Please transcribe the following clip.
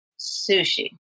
Sushi